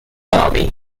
army